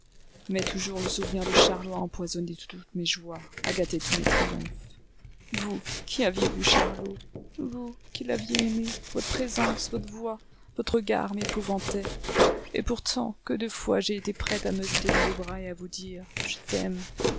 mais toujours le souvenir de charlot a empoisonné toutes mes joies a gâté tous mes triomphes vous qui aviez vu charlot vous qui l'aviez aimé votre présence votre voix votre regard m'épouvantaient et pourtant que de fois j'ai été prête à me jeter dans vos bras et à vous dire je t'aime